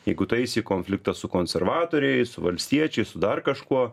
jeigu tu eisi į konfliktą su konservatoriais su valstiečiais su dar kažkuo